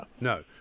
No